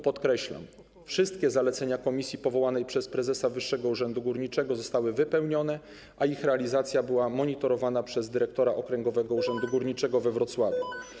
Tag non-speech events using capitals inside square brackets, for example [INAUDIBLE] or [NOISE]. Podkreślam: wszystkie zalecenia komisji powołanej przez prezesa Wyższego Urzędu Górniczego zostały wypełnione, a ich realizacja była monitorowana przez dyrektora [NOISE] Okręgowego Urzędu Górniczego we Wrocławiu.